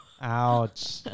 Ouch